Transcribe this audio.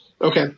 Okay